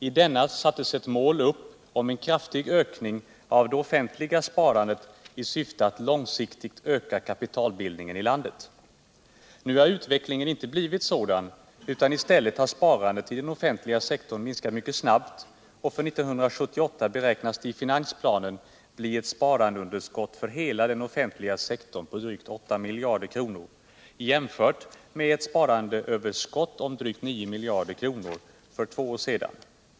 I denna satte man som mål upp en kraftig ökning av det offentliga sparandet i syfte alt långsiktigt öka kapitalbildningen i landet. Nu har utvecklingen inte blivit sådan. I stället har sparandet i den offentliga sektorn minskat mycket snabbt. För 1978 beräknas i finansplanen ett sparandeunderskott för hela den offentliga sektorn på drygt 8 miljarder kronor, jämfört med ett sparandecöverskott om drygt 9 miljarder kronor för två år sedan.